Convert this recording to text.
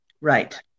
Right